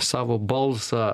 savo balsą